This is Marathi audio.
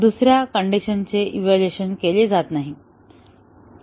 दुसऱ्या कंडिशनचे इव्हॅल्युएशन केले जात नाही